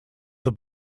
the